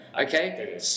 Okay